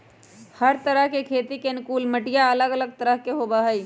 हर तरह खेती के अनुकूल मटिया अलग अलग तरह के होबा हई